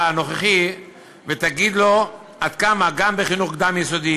הנוכחי ותגיד לו עד כמה גם בחינוך קדם-יסודי